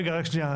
רגע, רק שנייה.